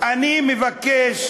אני מבקש